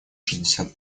шестьдесят